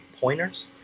pointers